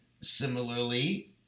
similarly